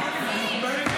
מאיר כהן,